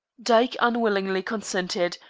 dyke unwillingly consented,